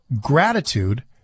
gratitude